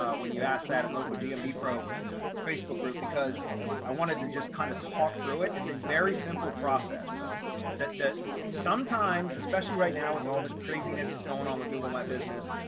when you asked that and local gmb pro facebook group because i wanted to just kind of talk through it. it's a very simple process that that sometimes especially right now, with all this craziness is going on with google my business,